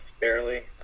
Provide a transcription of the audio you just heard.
barely